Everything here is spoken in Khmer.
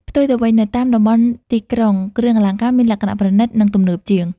ផ្ទុយទៅវិញ នៅតាមតំបន់ទីក្រុង គ្រឿងអលង្ការមានលក្ខណៈប្រណិត និងទំនើបជាង។